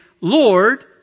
Lord